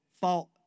fault